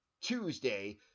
Tuesday